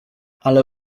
ale